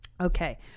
okay